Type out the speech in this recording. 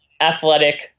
athletic